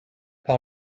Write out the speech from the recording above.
par